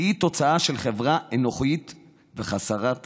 זו תוצאה של חברה אנוכית וחסרת חמלה.